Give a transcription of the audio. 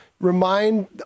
remind